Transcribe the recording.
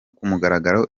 kumugaragaro